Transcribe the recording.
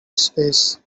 space